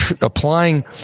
applying